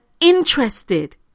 interested